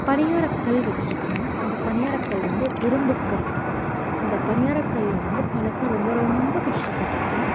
பணியார கல் வச்சிருக்கேன் அந்த பணியார கல் வந்து இரும்புக் கல் அந்த பணியார கல்லை வந்து பழக்க ரொம்ப ரொம்ப கஷ்டப்பட்டிருக்கேன்